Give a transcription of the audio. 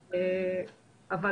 האכיפה.